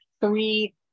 three